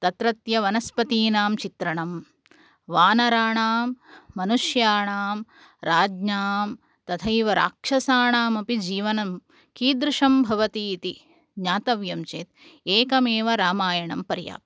तत्रत्य वनस्पतीनां चित्रणं वानराणां मनुष्याणां राज्ञां तथैव राक्षसाणामपि जीवनं कीदृशं भवति इति ज्ञातव्यं चेत् एकमेव रामायणं पर्याप्तम्